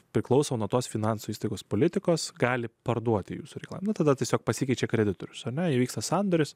priklauso nuo tos finansų įstaigos politikos gali parduoti jūsų reklama tada tiesiog pasikeičia kreditorius o ne įvyksta sandoris